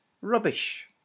rubbish